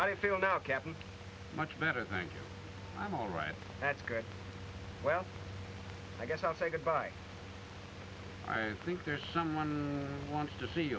i feel now captain much better think i'm all right that's good well i guess i'll say good bye i think there's someone wants to see